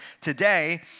today